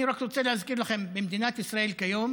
אני רק רוצה להזכיר לכם: במדינת ישראל כיום